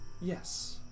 Yes